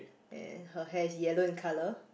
and her hair is yellow in colour